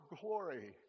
glory